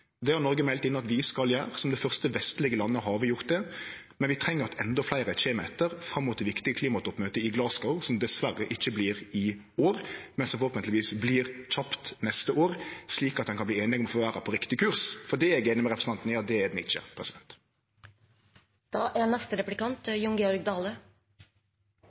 Det har vi i Noreg meldt inn at vi skal gjere – som det første vestlege landet har vi gjort det. Men vi treng at endå fleire kjem etter fram mot det viktige klimatoppmøtet i Glasgow, som dessverre ikkje vert i år, men som forhåpentlegvis vert kjapt neste år, slik at ein kan verte einig om å få verda på riktig kurs, for det er eg einig med representanten i at ho ikkje er. Det er